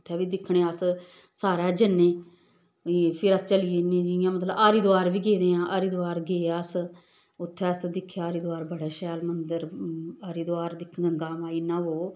उत्थें बी दिक्खने अस सारे जन्ने फिर अस चली जन्ने जियां मतलब हरिद्वार बी गेदे आं हरिद्वार गे अस उत्थै अस दिक्खेआ हरिद्वार बड़ा शैल मंदर हरिद्वार दि गंगा मां इन्ना वो